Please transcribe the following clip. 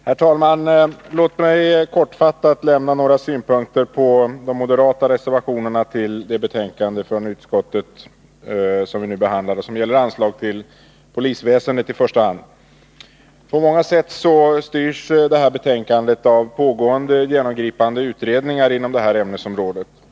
Herr talman! Låt mig kortfattat anföra några synpunkter på de moderata reservationerna till ett av de betänkanden från justitieutskottet som vi nu behandlar och som gäller i första hand polisväsendet. På många sätt styrs betänkande 20 av pågående genomgripande utredningar inom det här ämnesområdet.